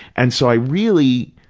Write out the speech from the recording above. and so i really